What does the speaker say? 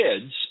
kids